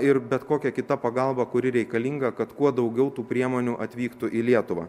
ir bet kokia kita pagalba kuri reikalinga kad kuo daugiau tų priemonių atvyktų į lietuvą